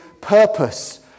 purpose